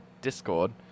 Discord